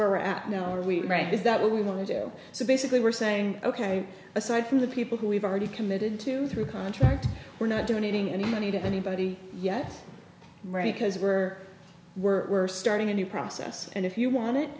where we're at now are we right is that what we want to do so basically we're saying ok aside from the people who we've already committed to through contract we're not donating any money to anybody yet ready because we're we're we're starting a new process and if you want it